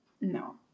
No